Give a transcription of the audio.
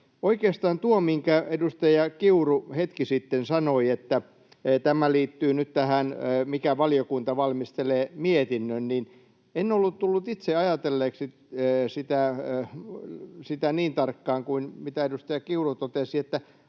Oikeastaan tuohon, minkä edustaja Kiuru hetki sitten sanoi — tämä liittyy nyt tähän, mikä valiokunta valmistelee mietinnön: En ollut tullut itse ajatelleeksi sitä niin tarkkaan kuin edustaja Kiuru, joka totesi, että